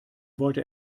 wollte